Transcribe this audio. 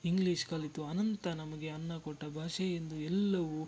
English ಕಲಿತು ಆನಂತ್ರ ನಮಗೆ ಅನ್ನ ಕೊಟ್ಟ ಭಾಷೆ ಎಂದು ಎಲ್ಲವೂ